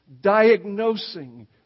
diagnosing